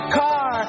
car